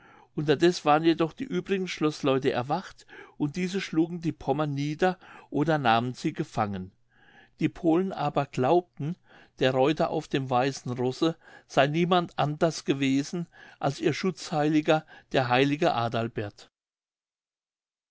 unterdeß waren jedoch die übrigen schloßleute erwacht und diese schlugen die pommern nieder oder nahmen sie gefangen die polen aber glaubten der reuter auf dem weißen rosse sey niemand anders gewesen als ihr schutzheiliger der heilige adalbert